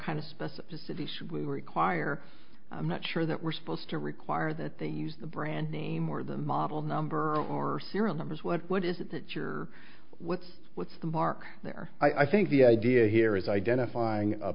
kind of specificity should we require i'm not sure that we're supposed to require that they use the brand name or the model number or serial numbers what is it that you're what's what's the mark there i think the idea here is identifying a